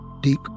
Deep